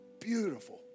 beautiful